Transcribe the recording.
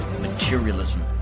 materialism